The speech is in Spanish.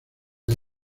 del